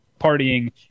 partying